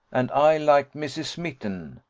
and i like mrs. mitten.